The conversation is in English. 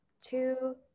two